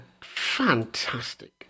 Fantastic